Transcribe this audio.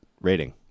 rating